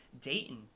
Dayton